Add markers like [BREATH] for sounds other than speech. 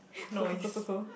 [BREATH] cool cool cool cool cool